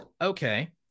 okay